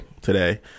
today